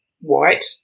white